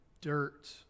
dirt